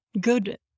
good